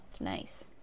Nice